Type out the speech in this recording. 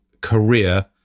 career